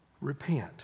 Repent